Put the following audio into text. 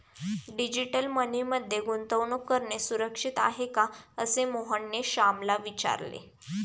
digital money मध्ये गुंतवणूक करणे सुरक्षित आहे का, असे मोहनने श्यामला विचारले